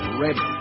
ready